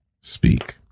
speak